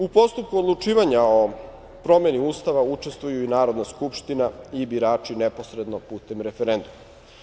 U postupku odlučivanja o promeni Ustava učestvuju i Narodna skupština i birači neposredno putem referenduma.